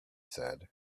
said